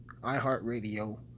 iHeartRadio